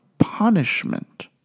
punishment